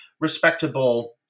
respectable